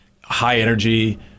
high-energy